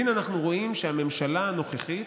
והינה, אנחנו רואים שהממשלה הנוכחית,